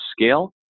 scale